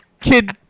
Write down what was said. Kid